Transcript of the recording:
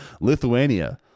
Lithuania